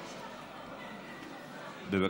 בבקשה.